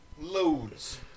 Loads